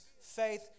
Faith